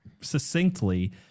succinctly